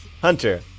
Hunter